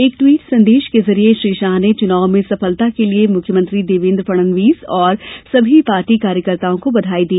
एक ट्वीट संदेश के जरिए श्री शाह ने चुनाव में सफलता के लिए मुख्यमंत्री देवेन्द्र फडणवीस और सभी पार्टी कार्यकर्ताओं को बधाई दी